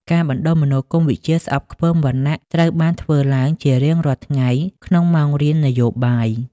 ការបណ្ដុះមនោគមវិជ្ជាស្អប់ខ្ពើមវណ្ណៈត្រូវបានធ្វើឡើងជារៀងរាល់ថ្ងៃក្នុងម៉ោងរៀននយោបាយ។